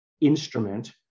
instrument